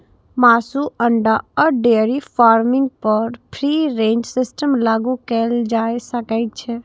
मासु, अंडा आ डेयरी फार्मिंग पर फ्री रेंज सिस्टम लागू कैल जा सकै छै